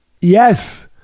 Yes